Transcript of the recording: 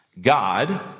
God